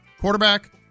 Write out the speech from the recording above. quarterback